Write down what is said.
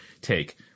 take